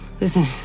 listen